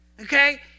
Okay